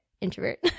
introvert